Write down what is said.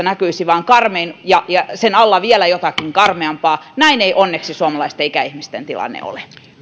näkyisi vain karmein ja ja sen alla vielä jotakin karmeampaa näin ei onneksi suomalaisten ikäihmisten tilanne ole